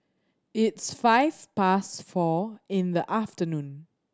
its five past four in the afternoon